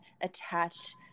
attached